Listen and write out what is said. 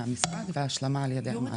מהמשרד והשלמה על ידי המעסיק.